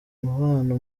umubano